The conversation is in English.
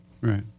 Right